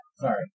Sorry